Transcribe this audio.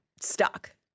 stuck